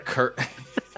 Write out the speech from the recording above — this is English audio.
Kurt